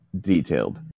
detailed